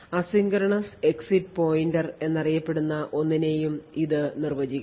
asynchronous exit pointer എന്നറിയപ്പെടുന്ന ഒന്നിനെയും ഇത് നിർവചിക്കണം